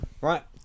right